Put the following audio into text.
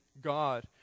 God